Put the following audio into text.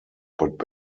but